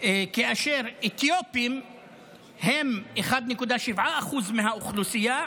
כאשר אתיופים הם 1.7% מהאוכלוסייה,